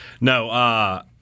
No